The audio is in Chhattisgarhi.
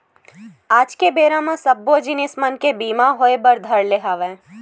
आज के बेरा म सब्बो जिनिस मन के बीमा होय बर धर ले हवय